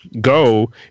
go